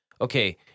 okay